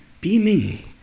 beaming